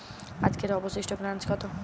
আজকের অবশিষ্ট ব্যালেন্স কত?